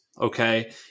Okay